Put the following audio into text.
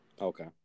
Okay